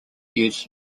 use